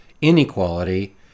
inequality